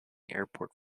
airport